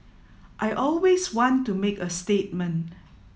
I always want to make a statement